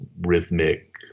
rhythmic